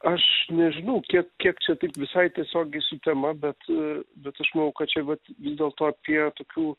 aš nežinau kiek kiek čia taip visai tiesiogiai su tema bet a bet aš manau kad čia vat vis dėlto apie tokių